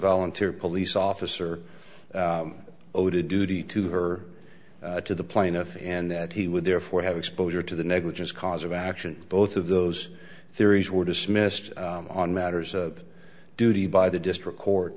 volunteer police officer owed a duty to her to the plaintiff and that he would therefore have exposure to the negligence cause of action both of those theories were dismissed on matters of duty by the district court